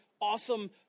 awesome